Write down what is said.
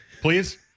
Please